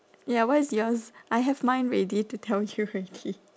ya what is yours I have mine ready to tell you already